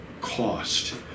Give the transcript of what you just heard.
cost